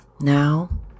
now